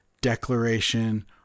declaration